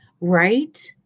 Right